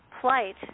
plight